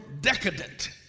decadent